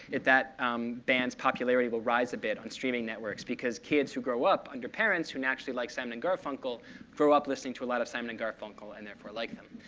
that um band's popularity will rise a bit on streaming networks, because kids who grow up under parents who naturally like simon and garfunkel grow up listening to a lot of simon and garfunkel and therefore like them.